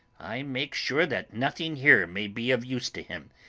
i make sure that nothing here may be of use to him,